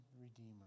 redeemer